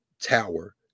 tower